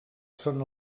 són